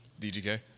DGK